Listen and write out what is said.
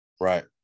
right